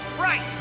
right